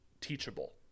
teachable